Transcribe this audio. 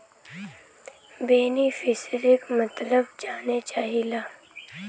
बेनिफिसरीक मतलब जाने चाहीला?